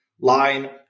line